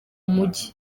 mujyi